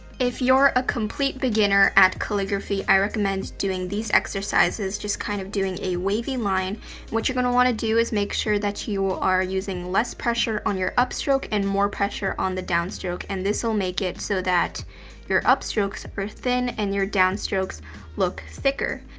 if you're a complete beginner at calligraphy, i recommend doing these exercises, just kind of doing a wavy line. and what you're gonna wanna do is make sure that you are using less pressure on your upstroke and more pressure on the downstroke, and this will make it so that your upstrokes are thin and your downstrokes look thicker.